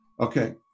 Okay